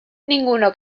ninguno